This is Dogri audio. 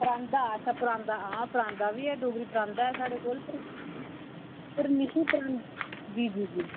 परांदा अच्छा परांदा हां परांदा बी ऐ डोगरी परांदा ऐ साढ़े कोल होर निशू परांदा जी जी जी